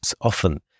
often